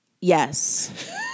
Yes